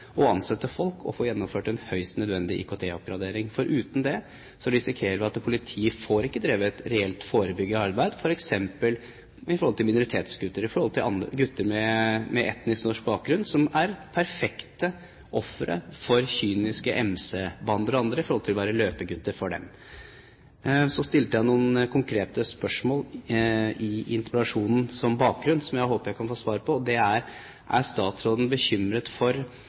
å ansette folk og få gjennomført en høyst nødvendig IKT-oppgradering. For uten det risikerer vi at politiet ikke får drevet et reelt forebyggende arbeid, f.eks. overfor minoritetsgutter, overfor gutter med etnisk norsk bakgrunn, som er perfekte ofre for kyniske MC-bander og andre når det gjelder å være løpegutter for dem. Så stilte jeg noen konkrete spørsmål med interpellasjonen som bakgrunn, som jeg håper å få svar på, og det er: Er statsråden bekymret for